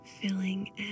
Filling